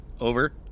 Over